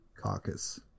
Caucus